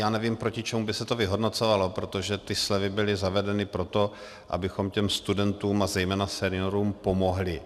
Já nevím, proti čemu by se to vyhodnocovalo, protože ty slevy byly zavedeny proto, abychom studentům a zejména seniorům pomohli.